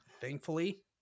thankfully